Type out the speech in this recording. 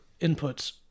inputs